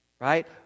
right